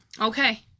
Okay